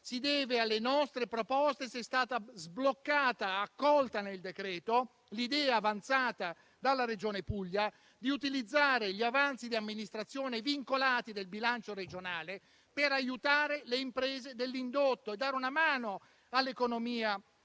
Si deve alle nostre proposte se è stata sbloccata e accolta nel decreto-legge l'idea avanzata dalla Regione Puglia di utilizzare gli avanzi di amministrazione vincolati del bilancio regionale per aiutare le imprese dell'indotto e dare una mano all'economia